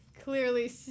clearly